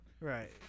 Right